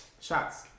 shots